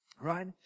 Right